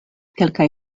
kelkaj